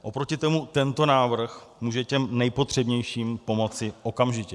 Oproti tomu tento návrh může těm nejpotřebnějším pomoci okamžitě.